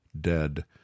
dead